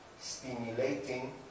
stimulating